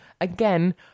again